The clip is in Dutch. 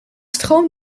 stroomt